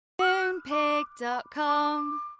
Moonpig.com